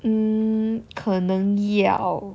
mm 可能要